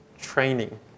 training